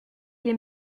les